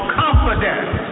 confidence